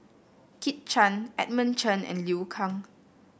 Kit Chan Edmund Chen and Liu Kang